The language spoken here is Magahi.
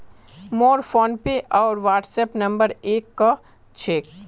मोर फोनपे आर व्हाट्सएप नंबर एक क छेक